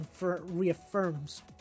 reaffirms